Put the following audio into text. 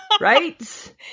Right